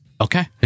Okay